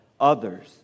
others